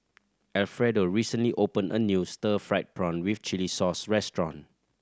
Alfredo recently opened a new stir fried prawn with chili sauce restaurant